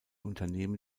unternehmen